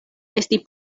esti